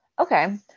Okay